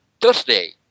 Thursday